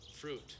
Fruit